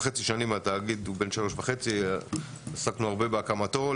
התאגיד בן שלוש וחצי שנים, עסקנו הרבה בהקמתו.